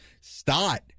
Stott